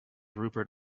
rupert